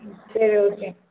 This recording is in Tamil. ம் சரி ஓகேங்க